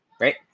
right